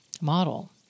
model